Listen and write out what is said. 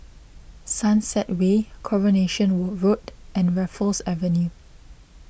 Sunset Way Coronation Road and Raffles Avenue